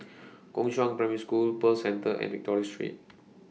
Gongshang Primary School Pearl Centre and Victoria Street